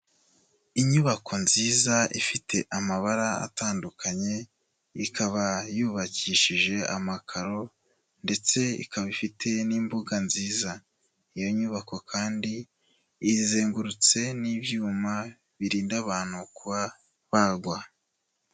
Inyubako nziza ifite amabara atandukanye, ikaba yubakishije amakaro ndetse ikaba ifite n'imbuga nziza. Iyo nyubako kandi izengurutse n'ibyuma birinda abantu kuba bagwa.